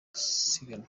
siganwa